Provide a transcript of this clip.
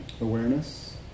Awareness